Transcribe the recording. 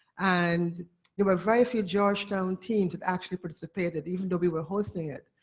and there were very few georgetown teams that actually participated, even though we were hosting it.